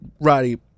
Roddy